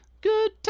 Good